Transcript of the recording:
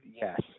Yes